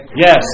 Yes